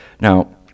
Now